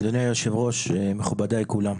אדוני היושב-ראש, מכובדיי כולם.